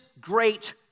great